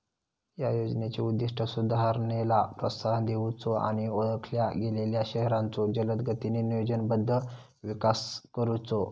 या योजनेचो उद्दिष्ट सुधारणेला प्रोत्साहन देऊचो आणि ओळखल्या गेलेल्यो शहरांचो जलदगतीने नियोजनबद्ध विकास करुचो